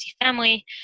family